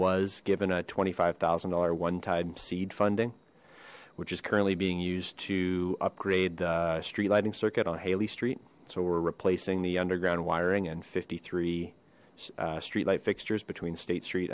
was given a twenty five zero dollar one time seed funding which is currently being used to upgrade the street lighting circuit on haley street so we're replacing the underground wiring and fifty three street light fixtures between state street